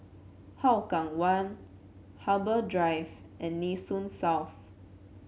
Hougang One Harbour Drive and Nee Soon South